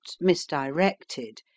misdirected